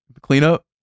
Cleanup